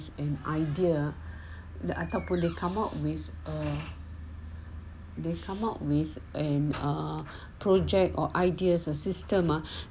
an idea ataupun dia come up with a they come up with a with an a project or ideas or system mah